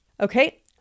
Okay